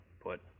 put